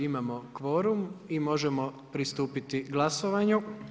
Imamo kvorum i možemo pristupiti glasovanju.